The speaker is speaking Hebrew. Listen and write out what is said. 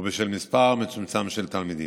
ובשל מספר מצומצם של תלמידים.